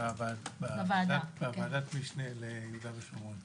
בוועדת המשנה ליהודה ושומרון.